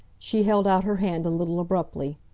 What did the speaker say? she held out her hand a little abruptly.